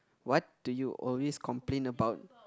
what do you always complain about